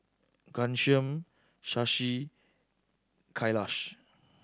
Ghanshyam Shashi Kailash